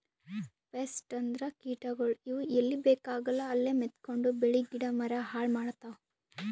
pest ಅಂದ್ರ ಕೀಟಗೋಳ್, ಇವ್ ಎಲ್ಲಿ ಬೇಕಾಗಲ್ಲ ಅಲ್ಲೇ ಮೆತ್ಕೊಂಡು ಬೆಳಿ ಗಿಡ ಮರ ಹಾಳ್ ಮಾಡ್ತಾವ್